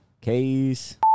case